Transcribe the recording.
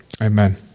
amen